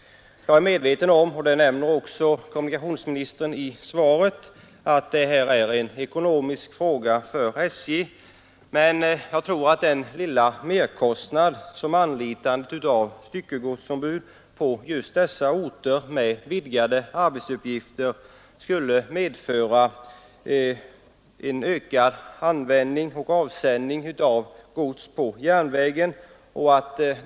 Jag är medveten om att — det nämnde också kommunikationsministern i svaret — detta är en ekonomisk fråga för SJ. Men den lilla merkostnad som anlitandet av styckegodsombud med vidgade arbetsuppgifter på just dessa orter skulle medföra tror jag uppvägs av en ökad avsändning av gods på järnväg.